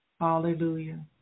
Hallelujah